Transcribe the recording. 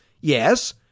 yes